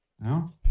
no